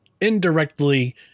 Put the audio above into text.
indirectly